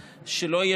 הוא כובע של רמ"י,